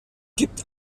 gibt